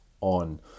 on